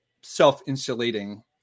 self-insulating